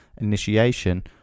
Initiation